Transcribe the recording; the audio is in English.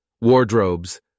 Wardrobes